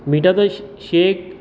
मिठाचो शे शेक